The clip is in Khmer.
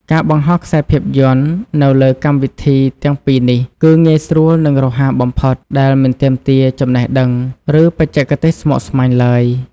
ការបង្ហោះខ្សែភាពយន្តនៅលើកម្មវិធីទាំងពីរនេះគឺងាយស្រួល និងរហ័សបំផុត ដែលមិនទាមទារចំណេះដឹង ឬបច្ចេកទេសស្មុគស្មាញឡើយ។